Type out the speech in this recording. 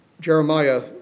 Jeremiah